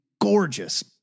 gorgeous